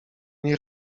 nie